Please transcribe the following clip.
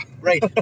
Right